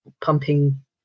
pumping